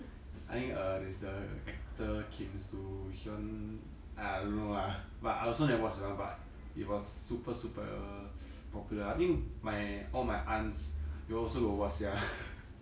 I think err there's the actor kim soo hyun !aiya! I don't know lah but I also never watch lah but it was super super uh popular I think my all my aunts 有 also got watch sia